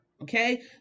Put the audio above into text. Okay